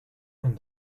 and